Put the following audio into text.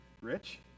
Rich